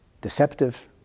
deceptive